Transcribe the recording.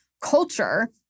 culture